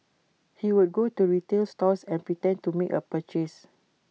he would go to retail stores and pretend to make A purchase